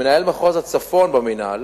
מנהל מחוז הצפון במינהל